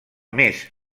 més